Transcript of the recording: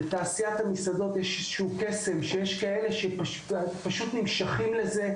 בתעשיית המסעדות יש איזשהו קסם ויש כאלה שפשוט נמשכים לזה,